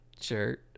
shirt